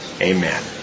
Amen